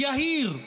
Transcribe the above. יהיר.